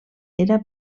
era